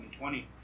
2020